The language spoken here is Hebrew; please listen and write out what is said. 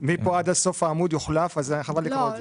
מכאן ועד סוף העמוד זה יוחלף כך שחבל לקרוא אותו.